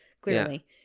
clearly